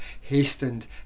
hastened